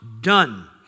done